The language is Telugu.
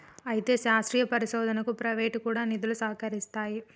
అయితే శాస్త్రీయ పరిశోధనకు ప్రైవేటు కూడా నిధులు సహకరిస్తాయి